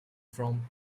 from